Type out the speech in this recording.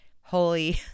holy